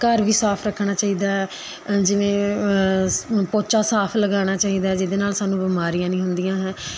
ਘਰ ਵੀ ਸਾਫ਼ ਰੱਖਣਾ ਚਾਹੀਦਾ ਹੈ ਜਿਵੇਂ ਪੋਚਾ ਸਾਫ਼ ਲਗਾਉਣਾ ਚਾਹੀਦਾ ਹੈ ਜਿਹਦੇ ਨਾਲ਼ ਸਾਨੂੰ ਬਿਮਾਰੀਆਂ ਨਹੀਂ ਹੁੰਦੀਆਂ ਹੈ